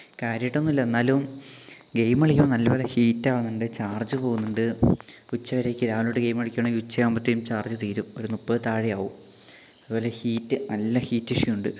കാര്യായിട്ടൊന്നൂല്ല എന്നാലും ഗെയിമ് കളിക്കുമ്പോ നല്ലപോലെ ഹീറ്റാവുന്നുണ്ട് ചാർജ് പോകുന്നുണ്ട് ഉച്ചവരയ്ക്കു രാവിലെ തൊട്ട് ഗെയിമ് കളിക്കുവാണേൽ ഉച്ചയാവുമ്പേഴ്ത്തേക്കു ചാർജ് തീരും ഒരു മുപ്പത് താഴെയാവും അതുപോലെ ഹീറ്റ് നല്ല ഹീറ്റിഷ്യു ഉണ്ട്